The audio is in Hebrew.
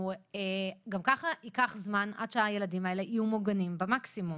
גם ככה ייקח זמן עד שהילדים האלה יהיו מוגנים במקסימום.